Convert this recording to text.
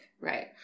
Right